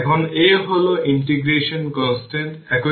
এখন A হল integration constant এইভাবে A tRC